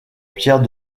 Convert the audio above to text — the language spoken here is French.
pierre